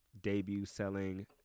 debut-selling